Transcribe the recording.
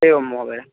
एवं महोदय